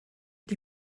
die